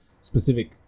specific